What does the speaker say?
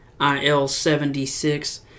IL-76